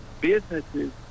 businesses